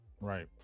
Right